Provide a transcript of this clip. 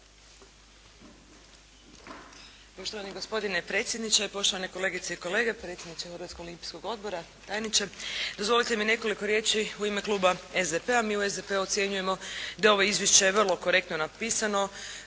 Poštovani gospodine predsjedniče, poštovani kolegice i kolegice, predsjedniče Hrvatskog olimpijskog odbora, tajniče. Dozvolite mi nekoliko riječi u ime kluba SDP-a. Mi u SDP-u ocjenjujemo da je ovo izvješće vrlo korektno napisano.